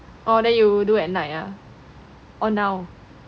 orh then you do at night ah oh yeah